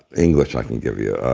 english i can give you.